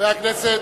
חברי הכנסת,